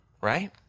right